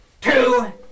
two